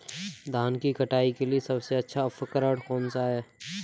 धान की कटाई के लिए सबसे अच्छा उपकरण कौन सा है?